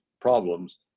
problems